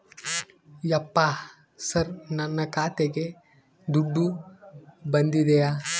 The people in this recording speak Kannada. ಯಪ್ಪ ಸರ್ ನನ್ನ ಖಾತೆಗೆ ದುಡ್ಡು ಬಂದಿದೆಯ?